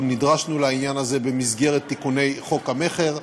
נדרשנו לעניין הזה במסגרת תיקוני חוק המכר.